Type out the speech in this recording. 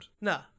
No